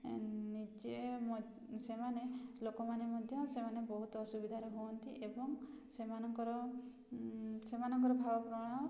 ନିଜେ ସେମାନେ ଲୋକମାନେ ମଧ୍ୟ ସେମାନେ ବହୁତ ଅସୁବିଧାରେ ହୁଅନ୍ତି ଏବଂ ସେମାନଙ୍କର ସେମାନଙ୍କର ଭାବ